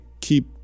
keep